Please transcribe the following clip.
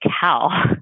cow